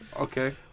Okay